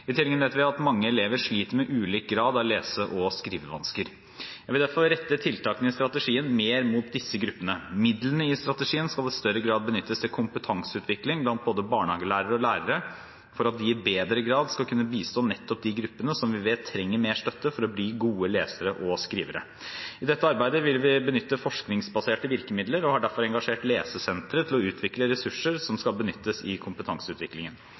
I tillegg vet vi at mange elever sliter med ulik grad av lese- og skrivevansker. Jeg vil derfor rette tiltakene i strategien mer mot disse gruppene. Midlene i strategien skal i større grad benyttes til kompetanseutvikling blant både barnehagelærere og lærere for at de i bedre grad skal kunne bistå nettopp de gruppene som vi vet trenger mer støtte for å bli gode lesere og skrivere. I dette arbeidet vil vi benytte forskningsbaserte virkemidler og har derfor engasjert Lesesenteret til å utvikle ressurser som skal benyttes i kompetanseutviklingen.